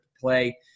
play